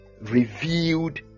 revealed